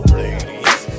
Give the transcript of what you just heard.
ladies